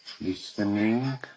listening